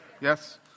Yes